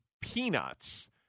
peanuts